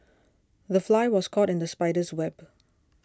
the fly was caught in the spider's web